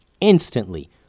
Instantly